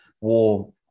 war